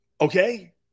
Okay